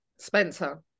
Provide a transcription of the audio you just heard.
Spencer